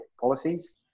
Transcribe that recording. policies